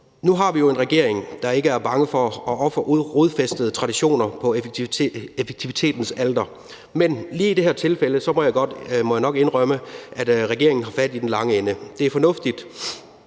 Nu har vi jo en regering, der ikke er bange for at ofre rodfæstede traditioner på effektivitetens alter, men lige i det her tilfælde må jeg nok indrømme, at regeringen har fat i den lange ende. Det er fornuftigt,